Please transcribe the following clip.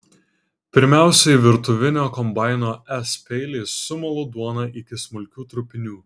pirmiausiai virtuvinio kombaino s peiliais sumalu duoną iki smulkių trupinių